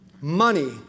Money